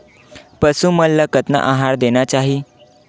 पशु मन ला कतना आहार देना चाही?